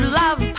love